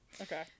Okay